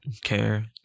care